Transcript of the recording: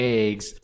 eggs